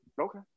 Okay